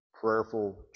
prayerful